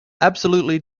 absolutely